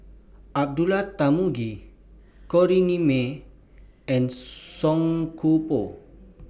Abdullah Tarmugi Corrinne May and Song Koon Poh